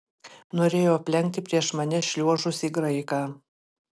norėjau aplenkti prieš mane šliuožusį graiką